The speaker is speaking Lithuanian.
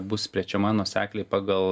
bus plečiama nuosekliai pagal